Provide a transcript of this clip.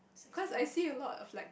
cause I see a lot of like